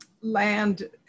land